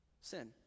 Sin